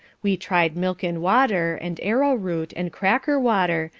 we tried milk and water, and arrowroot, and cracker-water,